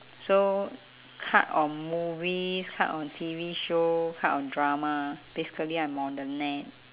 so cut on movies cut on T_V show cut on drama basically I'm on the net